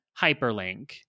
hyperlink